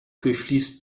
durchfließt